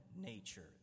nature